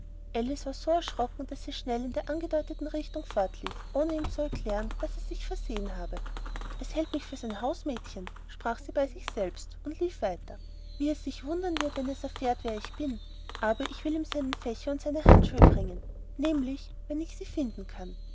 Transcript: so erschrocken daß sie schnell in der angedeuteten richtung fortlief ohne ihm zu erklären daß es sich versehen habe es hält mich für sein hausmädchen sprach sie bei sich selbst und lief weiter wie es sich wundern wird wenn es erfährt wer ich bin aber ich will ihm lieber seinen fächer und seine handschuhe bringen nämlich wenn ich sie finden kann